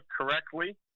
correctly